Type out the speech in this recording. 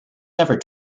never